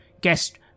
guest